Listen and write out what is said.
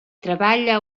treballa